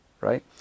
right